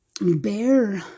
Bear